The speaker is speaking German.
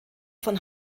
von